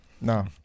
No